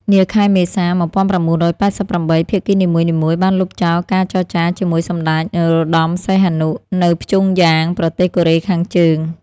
នាខែមេសា ១៩៨៨ ភាគីនីមួយៗបានលុបចោលការចរចាជាមួយសម្ដេច នរោត្តមសីហនុ នៅព្យុងយ៉ាង ប្រទេសកូរ៉េខាងជើង។